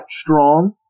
strong